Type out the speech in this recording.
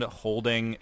holding